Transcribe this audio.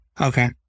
Okay